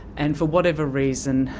and for whatever reason,